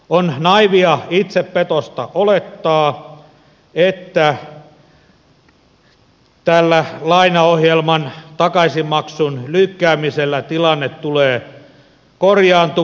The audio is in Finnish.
on naiivia itsepetosta olettaa että tällä lainaohjelman takaisinmaksun lykkäämisellä tilanne tulee korjaantumaan